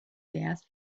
gas